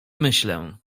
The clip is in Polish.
myślę